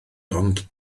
ond